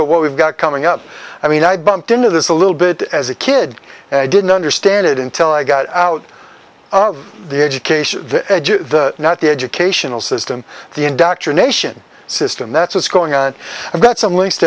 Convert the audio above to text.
at what we've got coming up i mean i bumped into this a little bit as a kid i didn't understand it intel i got out of the education not the educational system the indoctrination system that's what's going on and that some links